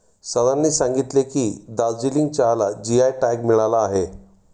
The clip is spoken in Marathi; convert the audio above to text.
सरांनी सांगितले की, दार्जिलिंग चहाला जी.आय टॅग मिळाला आहे